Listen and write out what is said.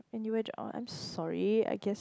anyway I'm sorry I guess